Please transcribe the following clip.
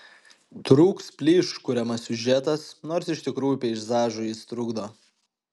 trūks plyš kuriamas siužetas nors iš tikrųjų peizažui jis trukdo